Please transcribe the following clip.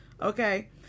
okay